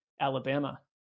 Alabama